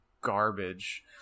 garbage